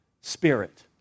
spirit